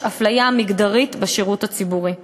יש אפליה מגדרית בשירות הציבורי".